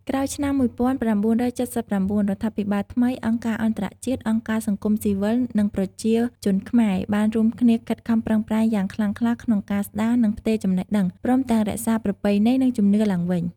ក្រោយឆ្នាំ១៩៧៩ រដ្ឋាភិបាលថ្មី អង្គការអន្តរជាតិ អង្គការសង្គមស៊ីវិលនិងប្រជាជនខ្មែរ បានរួមគ្នាខិតខំប្រឹងប្រែងយ៉ាងខ្លាំងក្លាក្នុងការស្តារ និងផ្ទេរចំណេះដឹង ព្រមទាំងរក្សាប្រពៃណី និងជំនឿឡើងវិញ។